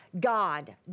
God